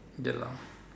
ya lah